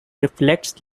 reflects